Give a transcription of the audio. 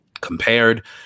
compared